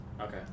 Okay